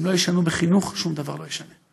אם לא ישנו בחינוך, שום דבר לא ישתנה.